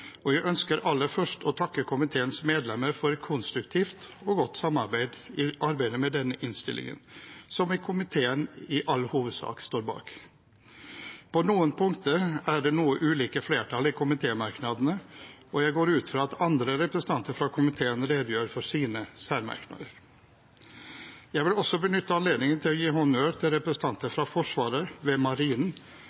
og jeg ønsker aller først å takke komiteens medlemmer for et konstruktivt og godt samarbeid i arbeidet med denne innstillingen, som komiteen i all hovedsak står bak. På noen punkter er det noen ulike flertall i komitémerknadene, og jeg går ut fra at andre representanter fra komiteen redegjør for sine særmerknader. Jeg vil også benytte anledningen til å gi honnør til representanter